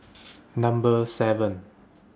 Number seven